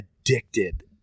addicted